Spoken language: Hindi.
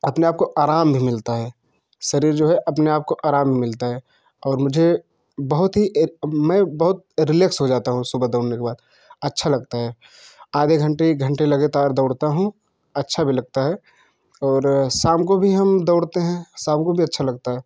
अपने आप को आराम भी मिलता है शरीर जो है अपने आप को आराम भी मिलता है और मुझे बहुत ही एक मैं बहुत रिलैक्स हो जाता हूँ सुबह दौड़ने के बाद अच्छा लगता है आधे घंटे एक घंटे लगातार दौड़ता हूँ अच्छा भी लगता है और शाम को भी हम दौड़ते हैं शाम को भी अच्छा लगता है